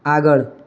આગળ